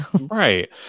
Right